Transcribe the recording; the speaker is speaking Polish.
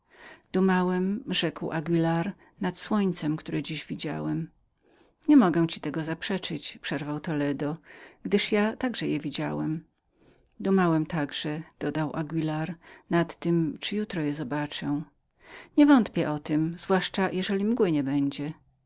dumałem rzekł anguilar nad słońcem które dziś widziałem niemogę ci tego zaprzeczyć przerwał toledo gdyż ja także je widziałem dumałem także dodał anguilar czyli jutro je zobaczę nie wątpię o tem zwłaszcza jeżeli mgły nie będzie